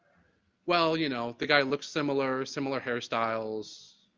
well, you know, the guy looked similar, similar hairstyles.